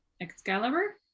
Excalibur